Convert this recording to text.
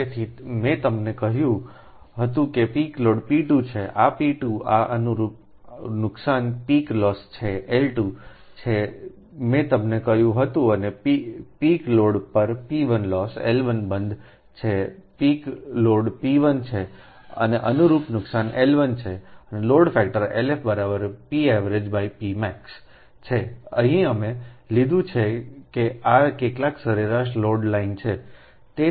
તેથી મેં તમને કહ્યું હતું કે પીક લોડ P2 છે આ P2 અને અનુરૂપ નુકસાન પીક લોસ છે L2 છે મેં તમને કહ્યું હતું અને પીક લોડ પર P1 લોસ L1 બંધ છે પીક લોડ P1 છે અને અનુરૂપ નુકસાન L1 છે અને લોડ ફેક્ટર LF pavgp maxછે અહીં અમે લીધું છે કે આ કેટલીક સરેરાશ લોડ લાઇન છે